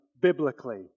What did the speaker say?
biblically